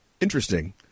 Interesting